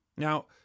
Now